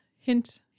hint